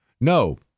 No